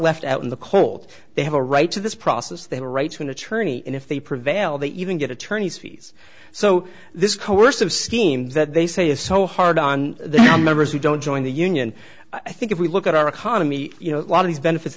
left out in the cold they have a right to this process they were right to an attorney and if they prevail they even get attorneys fees so this coercive scheme that they say is so hard on members who don't join the union i think if we look at our economy you know a lot of these benefits